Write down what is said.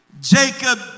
Jacob